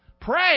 Pray